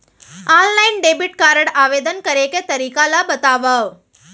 Online debit card आवेदन करे के तरीका ल बतावव?